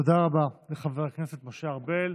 תודה רבה לחבר הכנסת משה ארבל.